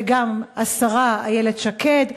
וגם השרה איילת שקד,